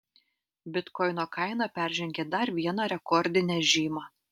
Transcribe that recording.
bitkoino kaina peržengė dar vieną rekordinę žymą